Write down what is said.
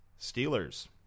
Steelers